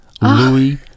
louis